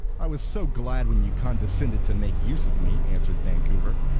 i was so glad when you condescended to make use of me, answered vancouver.